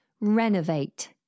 renovate